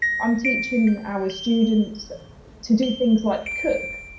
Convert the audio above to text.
i'm teaching our students to do things like cook,